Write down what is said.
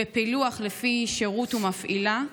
בפילוח לפי שירות ומפעילה?